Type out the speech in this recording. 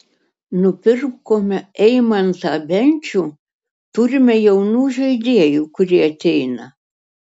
nupirkome eimantą bendžių turime jaunų žaidėjų kurie ateina